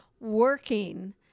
working